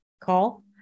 call